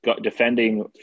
defending